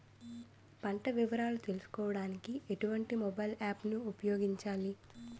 పంట వివరాలు తెలుసుకోడానికి ఎటువంటి మొబైల్ యాప్ ను ఉపయోగించాలి?